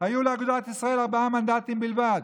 היו לאגודת ישראל ארבעה מנדטים בלבד,